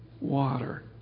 water